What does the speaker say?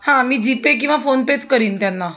हां मी जीपे किंवा फोनपेच करीन त्यांना